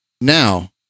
Now